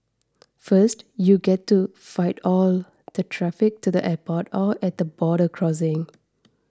first you get to fight all the traffic to the airport or at the border crossing